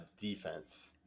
defense